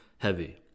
Heavy